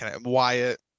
Wyatt